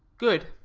good.